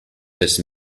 this